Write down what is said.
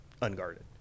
unguarded